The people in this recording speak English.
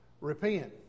Repent